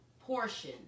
portion